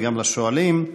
וגם לשואלים.